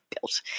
built